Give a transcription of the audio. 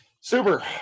Super